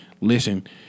listen